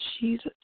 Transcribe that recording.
Jesus